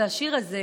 והשיר הזה